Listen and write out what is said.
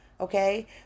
Okay